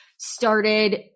started